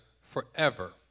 Forever